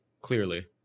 Clearly